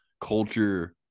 culture